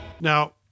Now